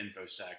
InfoSec